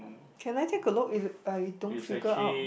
can I take a look it you don't figure out